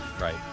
Right